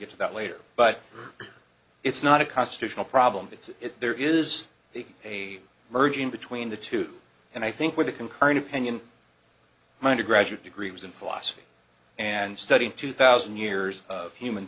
get to that later but it's not a constitutional problem it's there is a merging between the two and i think with the concurring opinion my undergraduate degree was in philosophy and studying two thousand years of human